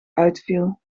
uitviel